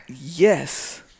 Yes